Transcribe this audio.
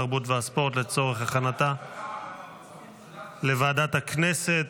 התרבות והספורט לצורך הכנתה ------ לוועדת הכנסת,